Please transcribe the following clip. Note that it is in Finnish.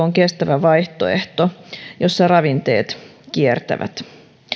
on kestävä vaihtoehto jossa ravinteet kiertävät